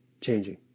changing